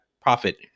profit